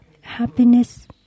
happiness